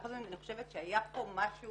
אני חושבת שהיה פה משהו